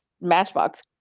matchbox